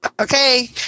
Okay